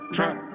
Trap